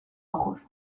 ojos